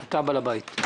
אתה בעל הבית.